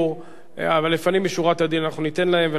אבל לפנים משורת הדין אנחנו ניתן להם, ולאחר מכן,